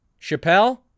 Chappelle